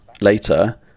later